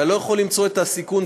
אתה לא יכול למצוא את הסיכון,